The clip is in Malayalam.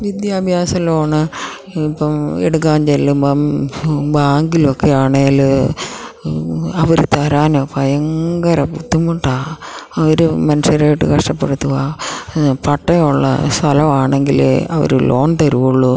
വിദ്യാഭ്യാസ ലോണ് ഇപ്പം എടുക്കാൻ ചെല്ലുമ്പോള് ബാങ്കിലൊക്കെയാണെങ്കില് അവര് തരാന് ഭയങ്കരം ബുദ്ധിമുട്ടാണ് അവര് മനുഷ്യരെയിട്ട് കഷ്ടപ്പെടുത്തുകയാണ് പട്ടയമുള്ള സ്ഥലമാണെങ്കിലേ അവര് ലോൺ തരികയുള്ളൂ